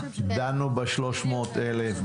דנו ב-300 אלף,